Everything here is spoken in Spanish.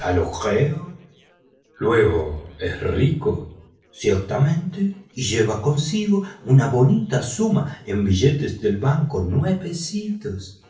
luego es rico ciertamente y lleva consigo una bonita suma de billetes de banco nuevecitos